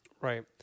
Right